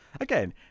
Again